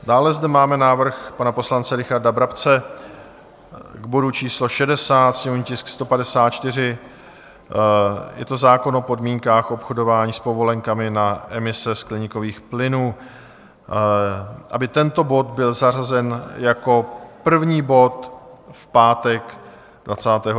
Dále zde máme návrh pana poslance Richarda Brabce k bodu číslo 60, sněmovní tisk 154, je to zákon o podmínkách obchodování s povolenkami na emise skleníkových plynů, aby tento bod byl zařazen jako první bod v pátek 29.